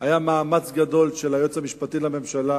היה מאמץ גדול של היועץ המשפטי לממשלה